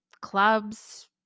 clubs